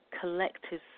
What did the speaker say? collective